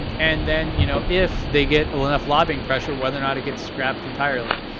and then you know if they get enough lobbying pressure, whether or not it gets scrapped entirely.